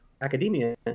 academia